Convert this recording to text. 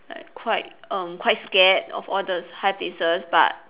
quite um quite scared of all the high places but